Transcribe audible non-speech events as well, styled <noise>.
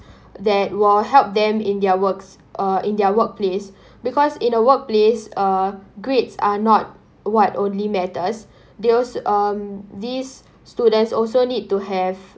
<breath> that will help them in their works uh in their workplace because in a workplace uh grades are not what only matters they also um these students also need to have